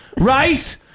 Right